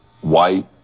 white